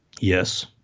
Yes